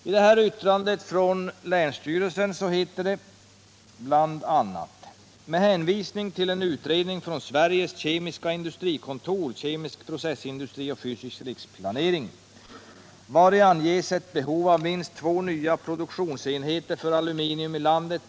I yttrandet från länsstyrelsen hänvisas till en utredning från Sveriges kemiska industrikontor — Kemisk processindustri och fysisk riksplanering — vari anges ett behov av minst två nya produktionsenheter för aluminium i landet.